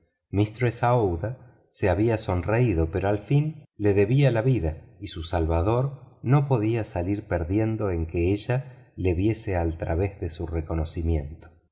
mundo mistress aoulda se había sonreído pero al fin le debía la vida y su salvador no podía salir perdiendo en que ella lo viese al través de su reconocimiento